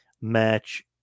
match